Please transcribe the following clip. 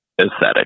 aesthetic